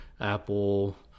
Apple